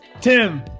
Tim